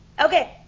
Okay